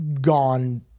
gone